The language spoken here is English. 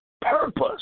purpose